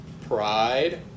pride